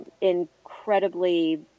incredibly